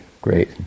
great